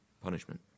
punishment